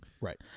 Right